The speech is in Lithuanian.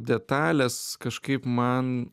detalės kažkaip man